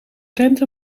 rente